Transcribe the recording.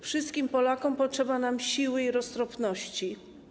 Wszystkim Polakom potrzeba siły i roztropności.